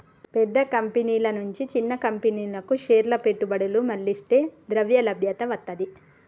పెద్ద కంపెనీల నుంచి చిన్న కంపెనీలకు షేర్ల పెట్టుబడులు మళ్లిస్తే ద్రవ్యలభ్యత వత్తది